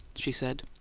she said.